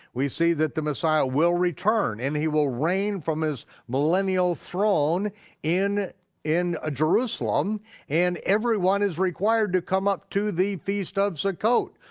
we see that the messiah will return and he will reign from his millennial throne in in jerusalem and everyone is required to come up to the feast of succoth.